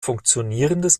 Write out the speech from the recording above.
funktionierendes